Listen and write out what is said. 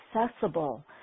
accessible